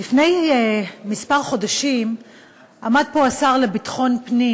לפני כמה חודשים עמד פה השר לביטחון פנים